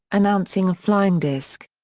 announcing a flying disc.